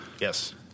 Yes